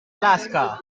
alaska